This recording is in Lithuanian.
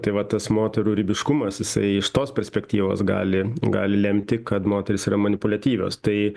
tai va tas moterų ribiškumas jisai iš tos perspektyvos gali gali lemti kad moterys yra manipuliatyvios tai